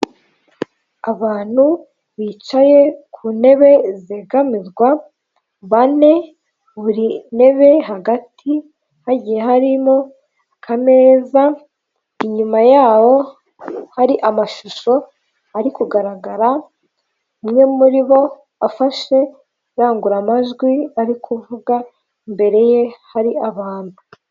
Abantu bicaye ku ntebe zegamirwa bane buri ntebe hagati hagiye harimo akameza, inyuma yaho hari amashusho ari kugaragara umwe muri bo afashe irangururamajwi ari kuvuga imbere ye hari abantu.